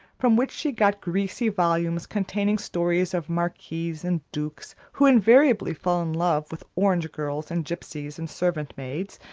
from which she got greasy volumes containing stories of marquises and dukes who invariably fell in love with orange-girls and gypsies and servant-maids,